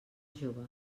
jove